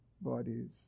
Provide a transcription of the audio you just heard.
bodies